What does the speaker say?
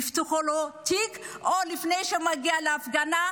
יפתחו לו תיק עוד לפני שהוא מגיע להפגנה,